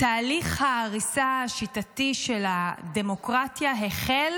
תהליך ההריסה השיטתי של הדמוקרטיה החל